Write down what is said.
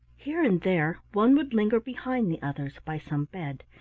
here and there one would linger behind the others, by some bed,